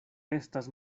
estas